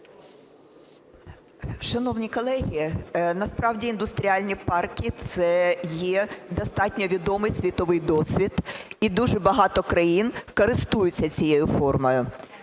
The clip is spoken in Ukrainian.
Шановні колеги, насправді індустріальні парки – це є достатньо відомий світовий досвід, і дуже багато країн користуються цієї формою.